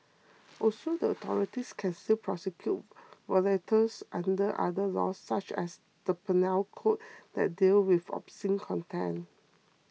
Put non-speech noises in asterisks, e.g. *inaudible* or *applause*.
*noise* also the authorities can still prosecute *noise* violators under other laws such as the Penal Code that deal with obscene content